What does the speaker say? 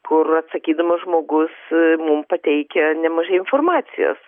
kur atsakydamas žmogus mum pateikia nemažai informacijos